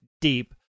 deep